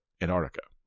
Antarctica